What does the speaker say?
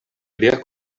lia